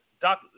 Doc